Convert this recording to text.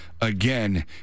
again